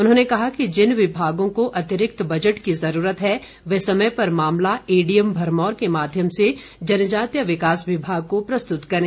उन्होंने कहा कि जिन विभागों को अतिरिक्त बजट की ज़रूरत है वे समय पर मामला एडीएम भरमौर के माध्यम से जनजातीय विकास विभाग को प्रस्तुत करें